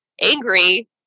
angry